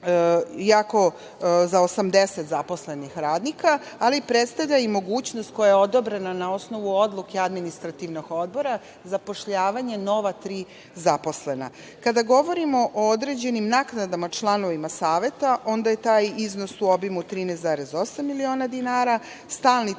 za 80 zaposlenih radnika, što predstavlja i mogućnost koja je odobrena na osnovu odluke Administrativnog odbora, zapošljavanje nova tri zaposlena. Kada govorimo o određenim naknadama članovima Saveta, onda je taj iznos u obimu 13,8 miliona dinara, stalni